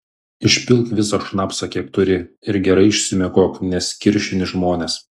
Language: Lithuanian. išpilk visą šnapsą kiek turi ir gerai išsimiegok nes kiršini žmones